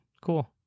cool